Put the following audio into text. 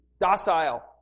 Docile